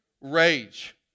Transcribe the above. rage